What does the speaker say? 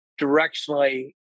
directionally